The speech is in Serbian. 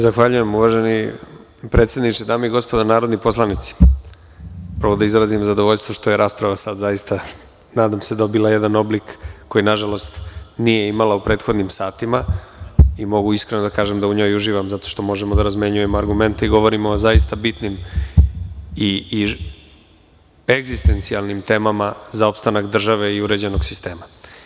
Zahvaljujem uvaženi predsedniče, dame i gospodo narodni poslanici, prvo da izrazim zadovoljstvo što je rasprava sad zaista dobila jedan oblik koji nažalost nije imala u prethodnim satima i mogu iskreno da kažem da u njoj uživam zato što možemo da razmenjujemo argumente i govorimo o zaista bitnim i egzistencijalnim temama za opstanak države i uređenog sistema.